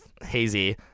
hazy